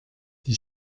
die